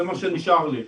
זה מה שנשאר לי.